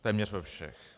Téměř ve všech.